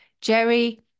Jerry